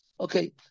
Okay